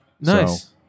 Nice